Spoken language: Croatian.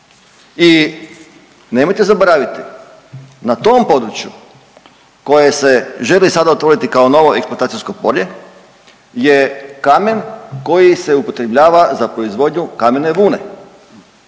I nemojte zaboraviti na tom području koje se želi sada otvoriti kao novo eksploatacijsko polje je kamen koji se upotrebljava za proizvodnju kamene vune,